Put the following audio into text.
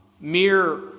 mere